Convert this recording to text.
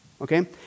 Okay